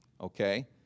Okay